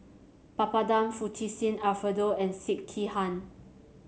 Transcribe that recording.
Papadum Fettuccine Alfredo and Sekihan